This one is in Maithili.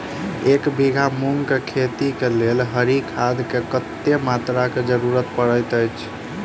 एक बीघा मूंग केँ खेती केँ लेल हरी खाद केँ कत्ते मात्रा केँ जरूरत पड़तै अछि?